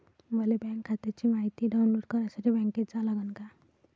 मले बँक खात्याची मायती डाऊनलोड करासाठी बँकेत जा लागन का?